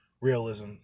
realism